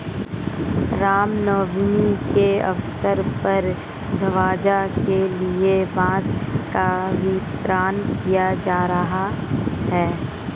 राम नवमी के अवसर पर ध्वजा के लिए बांस का वितरण किया जा रहा है